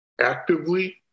actively